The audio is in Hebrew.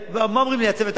אמר לי הצוות המקצועי,